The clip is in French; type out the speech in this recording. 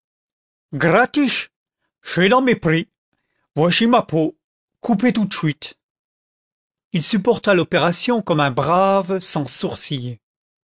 gratiche ch'est dans mes prix voichi ma peau coupez tout de chuite il supporta l'opération comme un brave sans sourciller